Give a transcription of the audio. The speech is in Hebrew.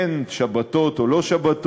אין שבתות או לא שבתות.